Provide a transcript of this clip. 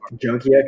Junkie